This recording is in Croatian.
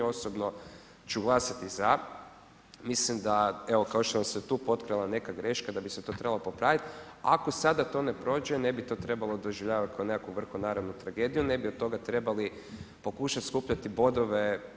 Osobno ću glasati za, mislim da evo, kao što vam se tu potkrala neka greška, da bi se to trebalo popraviti, a ako sada to ne prođe, ne bi to trebalo doživljavati kao nekakvu … tragediju, ne bi od toga trebali pokušati skupljati bodove.